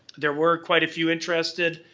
there were quite a few interested.